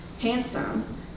Handsome